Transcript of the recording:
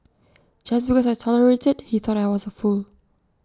just because I tolerated he thought I was A fool